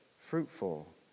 fruitful